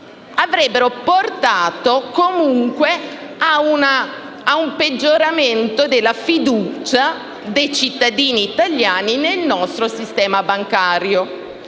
avrebbero portato comunque a un peggioramento della fiducia dei cittadini italiani nel nostro sistema bancario.